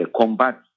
combat